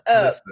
up